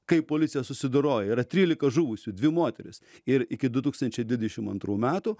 kai policija susidoroja yra trylika žuvusių dvi moterys ir iki du tūkstančiai dvidešim antrų metų